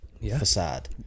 facade